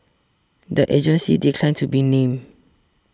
the agencies declined to be named